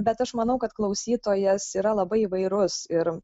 bet aš manau kad klausytojas yra labai įvairus ir